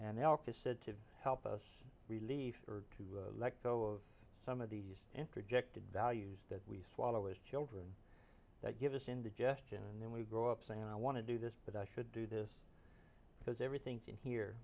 to help us relief or to let go of some of these interjected values that we swallow as children that give us in the gesture and then we grow up saying i want to do this but i should do this because every think in here